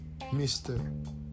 Mr